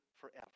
forever